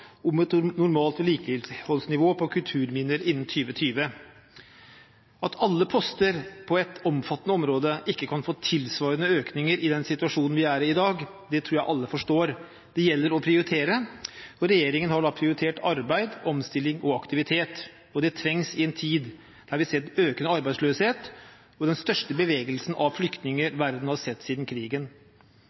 om normalt vedlikeholdsnivå på kulturminner innen 2020.» At alle poster på et omfattende område ikke kan få tilsvarende økninger i den situasjonen vi er i i dag, tror jeg alle forstår. Det gjelder å prioritere, og regjeringen har prioritert arbeid, omstilling og aktivitet. Det trengs i en tid da vi ser økende arbeidsløshet og den største bevegelsen av flyktninger verden har sett siden krigen.